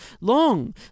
long